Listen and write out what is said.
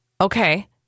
Okay